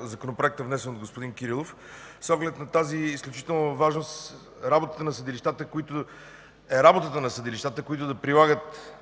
Законопроекта, внесен от господин Кирилов. С оглед на тази изключителна важност е работата на съдилищата, които да прилагат